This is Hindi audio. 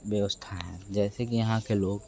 व्यवस्थाएँ हैं जैसे कि यहाँ के लोग